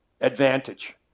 advantage